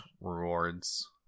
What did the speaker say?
rewards